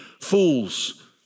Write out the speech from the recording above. fools